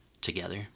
together